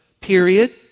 period